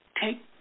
take